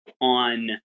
on